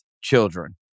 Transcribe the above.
children